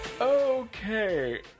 Okay